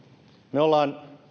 me olemme